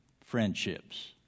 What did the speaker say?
friendships